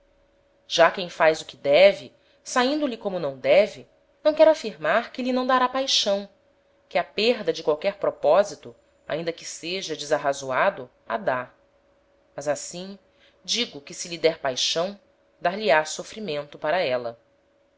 já quem faz o que deve saindo lhe como não deve não quero afirmar que lhe não dará paixão que a perda de qualquer proposito ainda que seja desarrazoado a dá mas assim digo que se lhe der paixão dar lhe á sofrimento para éla